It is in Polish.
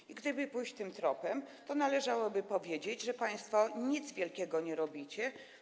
I gdyby pójść tym tropem, to należałoby powiedzieć, że państwo nic wielkiego nie robicie.